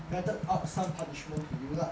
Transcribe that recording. method out some punishment to you lah